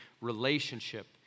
relationship